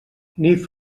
nif